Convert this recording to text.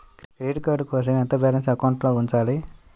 Credit card కోసం ఎంత balance అకౌంట్లో ఉంచాలి?